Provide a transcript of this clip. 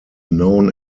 known